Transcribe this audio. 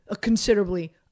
considerably